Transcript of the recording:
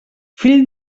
fill